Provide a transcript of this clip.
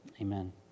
amen